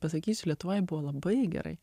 pasakysiu lietuvoj buvo labai gerai